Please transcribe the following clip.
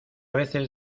veces